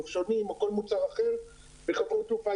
נופשונים או כל מוצר אחר בחברות תעופה